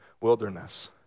wilderness